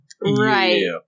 Right